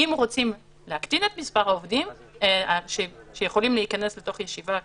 אם רוצים להקטין את מספר העובדים שיכולים להיכנס לתוך ישיבה,